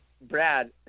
brad